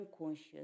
unconscious